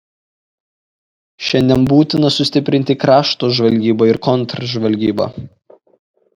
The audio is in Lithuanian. šiandien būtina sustiprinti krašto žvalgybą ir kontržvalgybą